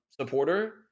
Supporter